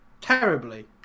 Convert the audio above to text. Terribly